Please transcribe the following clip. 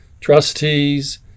trustees